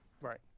Right